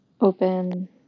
open